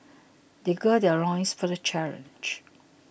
they gird their loins for the challenge